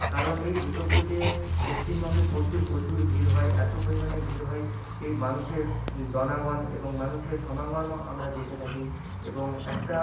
কারণ এই দুর্গা পুজোতে পশ্চিমবঙ্গে প্রচুর প্রচুর ভিড় হয় এতো পরিমাণে ভিড় হয় সেই মানুষের জনগণ এবং মানুষের সমাগমও আমরা দেখে থাকি এবং একটা